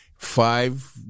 Five